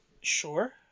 Sure